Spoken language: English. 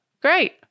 Great